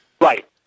Right